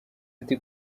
ati